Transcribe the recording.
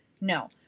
no